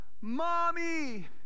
Mommy